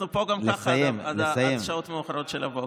אנחנו פה גם ככה עד השעות המאוחרות של הבוקר.